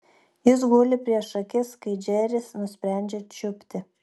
jis guli prieš akis kai džeris nusprendžia čiupti